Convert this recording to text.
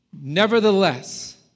nevertheless